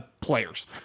players